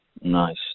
Nice